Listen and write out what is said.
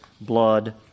blood